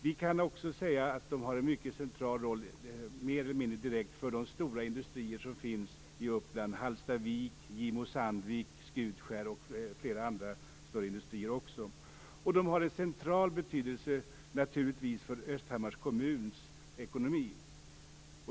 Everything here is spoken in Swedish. Vi kan också säga att de har en mycket central roll mer eller mindre direkt för de stora industrier som finns i Uppland: Hallstavik, Gimo-Sandvik, Skutskär och flera andra större industrier. De har naturligtvis en central betydelse för Östhammars kommuns ekonomi.